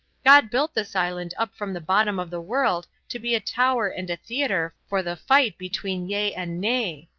god built this island up from the bottom of the world to be a tower and a theatre for the fight between yea and nay.